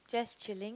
just chilling